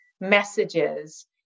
messages